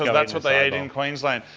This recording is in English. yeah that's what they ate in queensland.